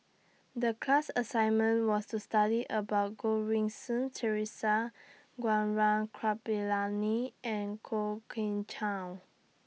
The class assignment was to study about Goh Rui Si Theresa Gaurav Kripalani and Kwok Kian Chow